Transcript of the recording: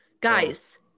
guys